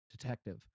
detective